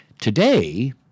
today